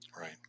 Right